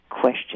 Question